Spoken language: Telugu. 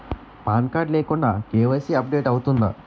పాన్ కార్డ్ లేకుండా కే.వై.సీ అప్ డేట్ అవుతుందా?